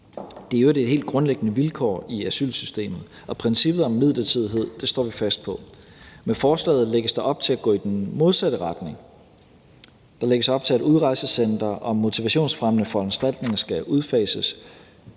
øvrigt et helt grundlæggende vilkår i asylsystemet, og princippet om midlertidighed står vi fast på. Med forslaget lægges der op til at gå i den modsatte retning. Der lægges op til, at udrejsecentre og motivationsfremmende foranstaltninger skal udfases